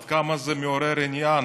עד כמה זה מעורר עניין.